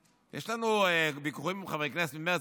יש לנו ויכוחים עם חברי כנסת ממרצ,